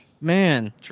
Man